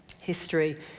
History